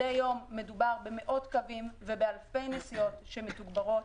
מדי יום מדובר במאות קווים ובאלפי נסיעות שמתוגברות,